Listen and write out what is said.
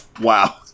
Wow